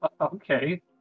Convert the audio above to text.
Okay